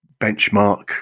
benchmark